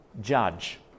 judge